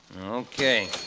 Okay